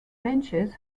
benches